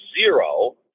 Zero